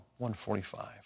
145